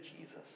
Jesus